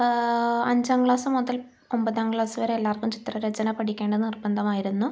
അഞ്ചാം ക്ലാസ് മുതൽ ഒമ്പതാം ക്ലാസ് വരെ എല്ലാവർക്കും ചിത്രരചന പഠിക്കേണ്ടത് നിർബന്ധമായിരുന്നു